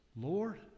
Lord